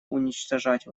уничтожать